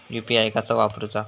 UPI कसा वापरूचा?